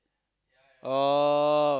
oh